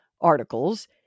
articles